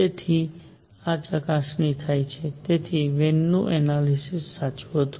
તેથી આ ચકાસણી થાય છે અને તેથી વેનનું એનાલિસિસ સાચું હતું